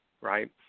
right